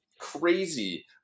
crazy